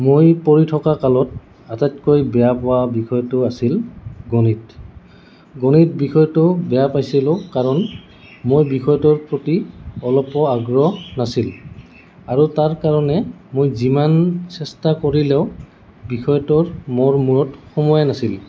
মই পঢ়ি থকা কালত আটাইতকৈ বেয়া পোৱা বিষয়টো আছিল গণিত গণিত বিষয়টো বেয়া পাইছিলোঁ কাৰণ মই বিষয়টোৰ প্ৰতি অলপো আগ্ৰহ নাছিল আৰু তাৰ কাৰণে মই যিমান চেষ্টা কৰিলেও বিষয়টোৰ মোৰ মূৰত সমোয়াই নাছিল